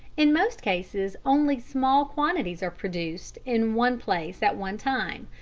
in most cases only small quantities are produced in one place at one time.